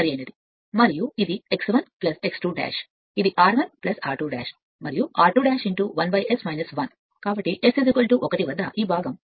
మరియు ఇది x 1 x 2 ఇది r2 మరియు r2 2 1 S 1 S S 1 కాబట్టి ఈ భాగం S 0